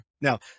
Now